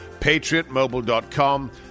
PatriotMobile.com